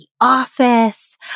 office